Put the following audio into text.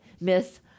miss